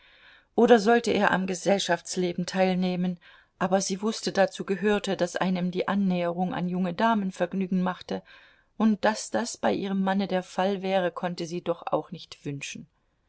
oder sollte er am gesellschaftsleben teilnehmen aber sie wußte dazu gehörte daß einem die annäherung an junge damen vergnügen machte und daß das bei ihrem manne der fall wäre konnte sie doch auch nicht wünschen